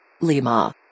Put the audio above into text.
Lima